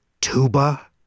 tuba